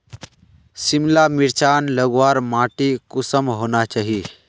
सिमला मिर्चान लगवार माटी कुंसम होना चही?